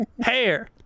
hair